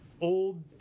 old